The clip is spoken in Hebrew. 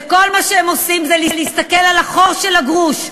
וכל מה שהם עושים זה להסתכל על החור של הגרוש.